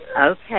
Okay